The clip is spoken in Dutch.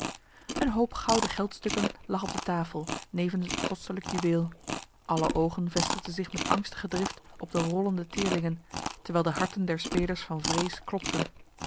een hoop gouden geldstukken lag op de tafel nevens het kostelijk juweel alle ogen vestigden zich met angstige drift op de rollende teerlingen terwijl de harten der spelers van vrees klopten